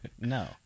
No